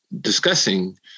discussing